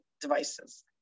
devices